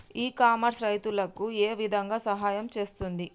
ఇ commerce రైతులకు ఏ విధంగా సహాయం చేస్తుంది?